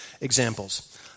examples